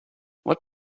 what